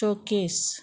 तोकेस